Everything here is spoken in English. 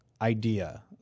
Idea